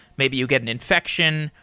maybe you get an infection,